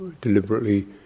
deliberately